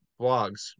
blogs